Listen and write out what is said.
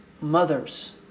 mothers